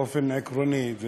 באופן עקרוני,